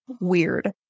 weird